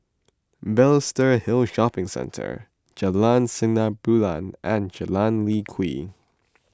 Balestier Hill Shopping Centre Jalan Sinar Bulan and Jalan Lye Kwee